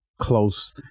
close